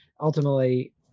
Ultimately